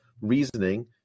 reasoning